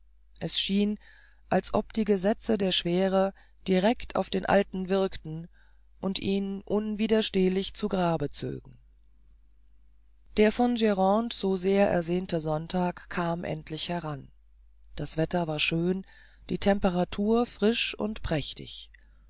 es schien als ob die gesetze der schwere direct auf den alten wirkten und ihn unwiderstehlich zu grabe zögen der von grande so sehr ersehnte sonntag kam endlich heran das wetter war schön die temperatur frisch und prächtig